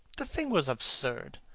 the thing was absurd.